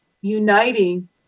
uniting